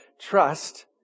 trust